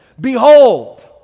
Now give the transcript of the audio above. Behold